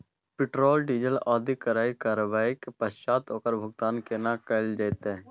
Petrol, diesel आदि क्रय करबैक पश्चात ओकर भुगतान केना कैल जेतै?